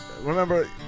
remember